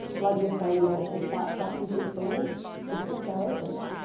like you were saying, you know it's it's that that pc experience with gpio pins,